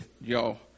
y'all